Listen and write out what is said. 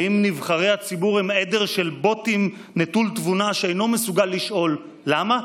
האם נבחרי הציבור הם עדר של בוטים נטול תבונה שאינו מסוגל לשאול למה?